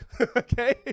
Okay